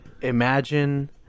imagine